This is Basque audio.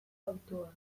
hautua